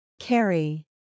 Carry